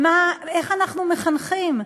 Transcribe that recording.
איך אנחנו מחנכים?